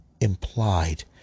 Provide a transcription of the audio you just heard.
implied